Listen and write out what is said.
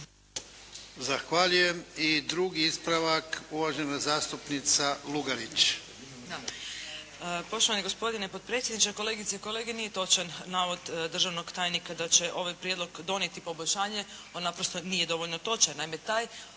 Zahvaljujem. I drugi ispravak uvažena zastupnica Lugarić.